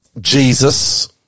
Jesus